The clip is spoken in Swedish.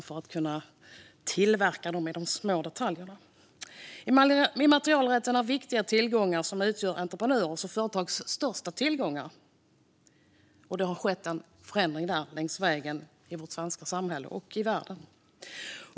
Immaterialrätten är viktig och utgör en av de största tillgångarna för entreprenörer och företag, och här har det skett en förändring längs vägen i vårt svenska samhälle och i världen.